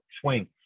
swing